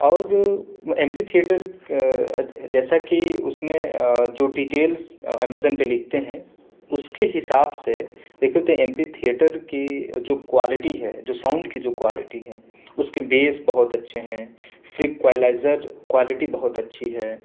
اور وہ M P theatre جیسا کہ اس میں جو ڈیٹیلس امازون پہ لکھتے ہیں اس کے حساب سے ایک ہوتا ہے ایم پی تھیئٹر کی جو کوالٹی ہے جو ساؤنڈ کی جو کوالٹی ہے اس کے بیس بہت اچھے ہیں فک کوالائزر کوالٹی بہت اچھی ہے